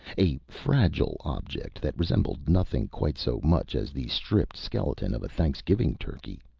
a fragile object that resembled nothing quite so much as the stripped skeleton of a thanksgiving turkey.